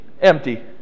Empty